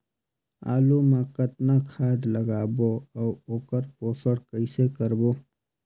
आलू मा कतना खाद लगाबो अउ ओकर पोषण कइसे करबो?